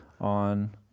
on